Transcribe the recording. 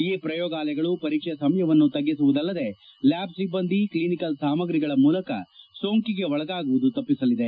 ಈ ಪ್ರಯೋಗಾಲಯಗಳು ಪರೀಕ್ಷೆ ಸಮಯವನ್ನು ತಗ್ಗಿಸುವುದಲ್ಲದೆ ಲ್ಯಾಬ್ ಸಿಬ್ಬಂದಿ ಕ್ಷಿನಿಕಲ್ ಸಾಮಗ್ರಿಗಳ ಮೂಲಕ ಸೋಂಕಿಗೆ ಒಳಗಾಗುವುದು ತಪ್ಪಿಸಲಿದೆ